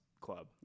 Club